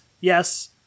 Yes